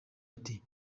ati